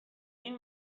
این